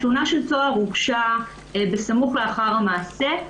התלונה של טוהר הוגשה בסמוך לאחר המעשה.